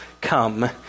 come